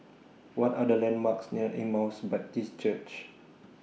What Are The landmarks near Emmaus Baptist Church